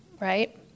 right